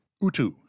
Utu